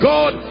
God